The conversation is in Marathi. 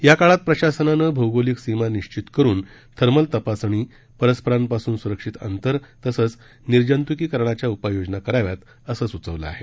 या काळात प्रशासनानं भौगोलिक सीमा निश्चित करून थर्मल तपासणी परस्परांपासून सुरक्षित अंतर तसंच निर्जंतुकीकरणाच्या उपाययोजना कराव्यात असं सुचवलं आहे